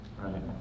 Right